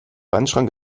wandschrank